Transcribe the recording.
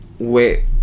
Wait